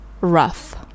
rough